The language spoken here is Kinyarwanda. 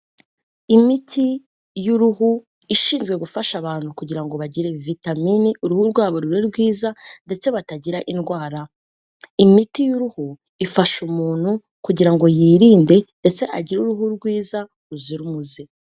Imiti y'uruhu ishinzwe gufasha abantu kugira bagire vitamini uruhu rwabo rube rwiza ndetse batagira indwara. Imiti y'uruhu ifasha umuntu kugira ngo yirinde ndetse agire uruhu rwiza ruzira umuze.